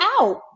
out